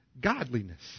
godliness